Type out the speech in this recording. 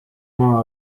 maa